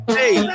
hey